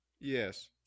Yes